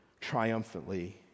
triumphantly